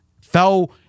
fell